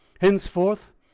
henceforth